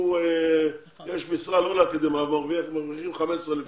אם יש משרה לא לאקדמאים ומרווחים 15,000 שקל,